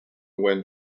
when